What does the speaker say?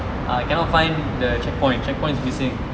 err cannot find the checkpoint checkpoint is missing